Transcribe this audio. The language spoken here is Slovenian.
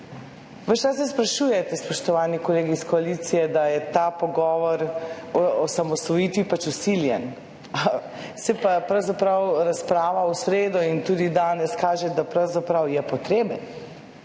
čas se sprašujete, spoštovani kolegi iz koalicije, da je ta pogovor o osamosvojitvi pač vsiljen. Saj pa razprava v sredo in tudi danes kaže, da pravzaprav je potreben,